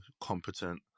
competent